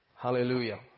Hallelujah